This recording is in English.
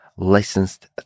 licensed